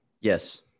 Yes